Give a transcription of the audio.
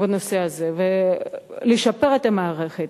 בנושא הזה ולשפר את המערכת.